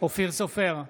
אופיר סופר,